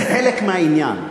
זה חלק מהעניין.